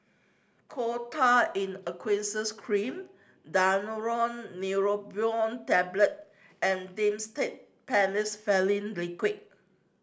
Coal Tar in Aqueous Cream Daneuron Neurobion Tablet and Dimetapp Phenylephrine Liquid